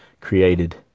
created